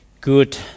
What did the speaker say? good